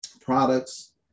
products